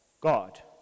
God